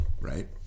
right